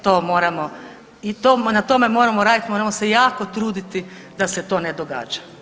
To moramo, na tome moramo raditi, moramo se jako truditi da se to ne događa.